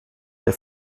der